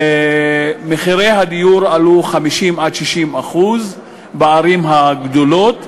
מחירי הדיור עלו ב-50% 60% בערים הגדולות,